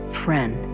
friend